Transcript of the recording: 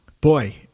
Boy